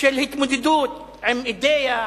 של התמודדות עם אידיאה,